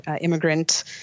immigrant